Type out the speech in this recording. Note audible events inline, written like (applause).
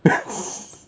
ha (laughs)